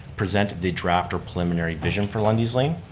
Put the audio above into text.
present the draft or preliminary vision for lundy's lane.